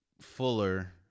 Fuller